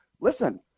listen